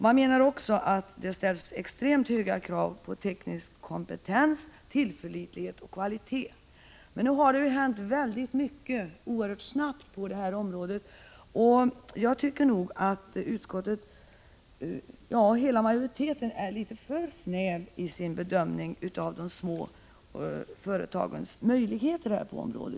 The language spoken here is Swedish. Man menar också att det ställs extremt höga krav på teknisk kompetens, tillförlitlighet och kvalitet. Men nu har det ju hänt väldigt mycket oerhört snabbt på det här området, och jag tycker att hela utskottsmajoriteten är litet för snäv i sin bedömning av de små företagens möjligheter på detta område.